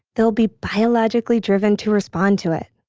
they will be biologically driven to respond to it